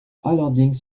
allerdings